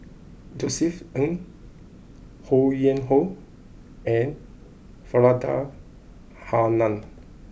Josef Ng Ho Yuen Hoe and Faridah Hanum